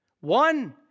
One